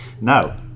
Now